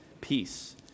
peace